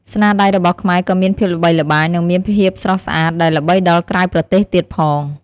ស្នាដៃរបស់ខ្មែរក៏មានភាពល្បីល្បាញ និងមានភាពស្រស់ស្អាតដែលល្បីដល់ក្រៅប្រទេសទៀតផង។